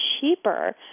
cheaper